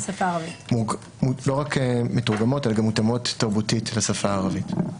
לא רק מתורגמות אלא גם מותאמות תרבותית לשפה הערבית.